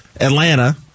Atlanta